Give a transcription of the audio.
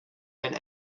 and